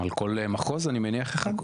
על כל מחוז אני מניח שאחד.